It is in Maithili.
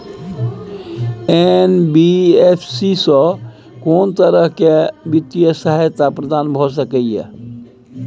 एन.बी.एफ.सी स कोन सब तरह के वित्तीय सहायता प्रदान भ सके इ? इ